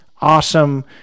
awesome